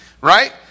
right